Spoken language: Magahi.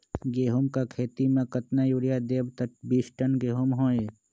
गेंहू क खेती म केतना यूरिया देब त बिस टन गेहूं होई?